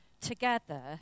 together